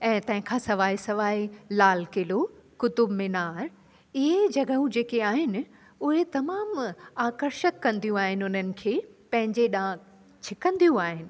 ऐं तंहिंखां सवाइ सवाइ लाल किलो कुतुबमीनार इहे ई जॻहूं जेके आहिनि उहे तमामु आकर्षक कंदियूं आहिनि उन्हनि खे पंहिंजे ॾांहुं छिकंदियूं आहिनि